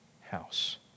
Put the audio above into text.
house